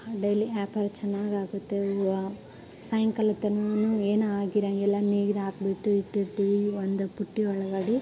daily ವ್ಯಾಪಾರ ಚೆನ್ನಾಗಾಗತ್ತೆ ಹೂವು ಸಾಯಂಕಾಲದ ತನಕಾನೂ ಏನೂ ಆಗಿರೋಂಗಿಲ್ಲ ನೀರಾಕಿಬಿಟ್ಟು ಇಟ್ಟಿರ್ತೀವಿ ಒಂದು ಬುಟ್ಟಿ ಒಳಗಡೆ